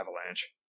avalanche